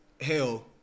Hell